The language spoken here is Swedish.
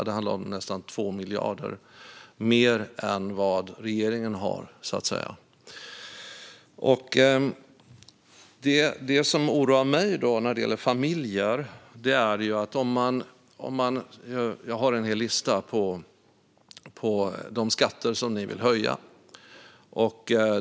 Det handlar om nästan 2 miljarder kronor mer än vad regeringen så att säga har. Jag har en hel lista på skatter som ni vill höja.